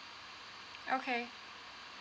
okay